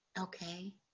Okay